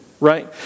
right